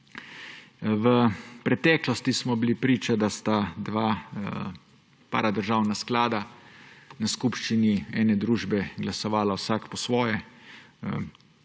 V preteklosti smo bili priča, da sta dva paradržavna sklada na skupščini ene družbe glasovala vsak po svoje.